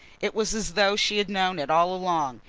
it was as though she had known it all along.